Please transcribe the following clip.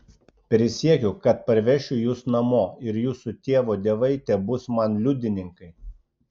prisiekiu kad parvešiu jus namo ir jūsų tėvo dievai tebus man liudininkai